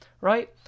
right